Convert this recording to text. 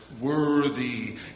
worthy